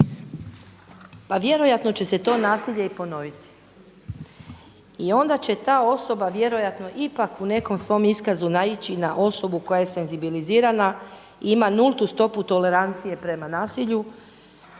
pa vjerojatno će se to nasilje i ponoviti i onda će ta osoba vjerojatno ipak u nekom svom iskazu naići na osobu koja je senzibilizirana, ima nultu stopu tolerancije prema nasilju